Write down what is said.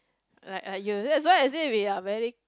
like uh you that's why I say we are very